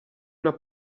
una